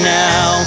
now